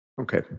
Okay